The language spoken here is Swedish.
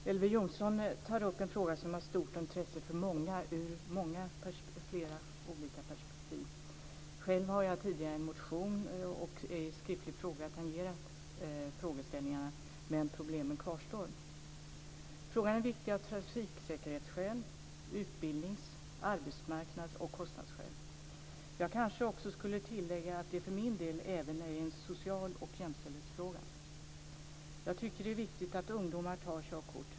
Herr talman! Elver Jonsson tar upp en fråga som är av stort intresse för många ur många olika perspektiv. Själv har jag tidigare i en motion och i en skriftlig fråga tangerat frågeställningarna, men problemen kvarstår. Frågan är viktig av trafiksäkerhets-, utbildnings-, arbetsmarknads och kostnadsskäl. Jag kanske också skulle tillägga att det för min del även är en social fråga och en jämställdhetsfråga. Jag tycker att det är viktigt att ungdomar tar körkort.